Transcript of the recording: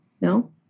No